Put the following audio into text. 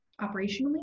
operationally